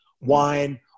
wine